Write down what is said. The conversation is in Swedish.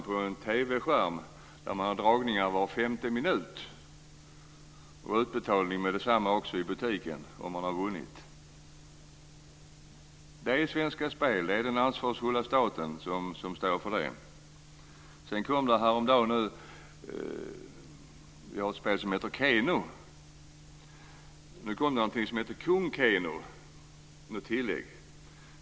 På en TV-skärm visas dragningar var femte minut, och utbetalning av vinster sker med detsamma i butiken. Det är Svenska Spel, den ansvarsfulla staten, som står för det. Det finns ett spel som heter Keno. Nu har det kommit någonting som heter Kung Keno.